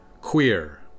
Queer